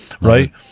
Right